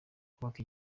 kubaka